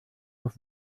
auf